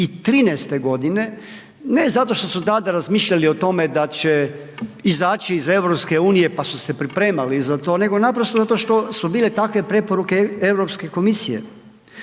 2013. godine ne zato što su tada razmišljali o tome da će izaći iz EU pa su se pripremali za to, nego naprosto zato što su bile takve preporuke Europske komisije.